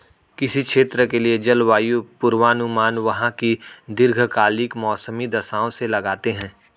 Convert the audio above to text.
किसी क्षेत्र के लिए जलवायु पूर्वानुमान वहां की दीर्घकालिक मौसमी दशाओं से लगाते हैं